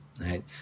right